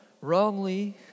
wrongly